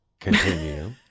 Continue